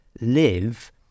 live